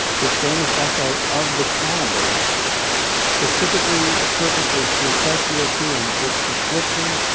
his famous essay, of the cannibals specifically purposes to impress europeans with conflicting,